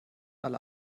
alle